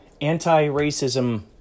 anti-racism